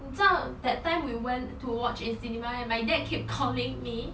你知道 that time we went to watch in cinema and my dad keep calling me